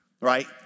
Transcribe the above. right